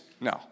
no